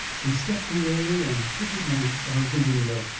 he stepped away and took a glance out of the window.